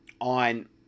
on